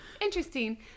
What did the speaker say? interesting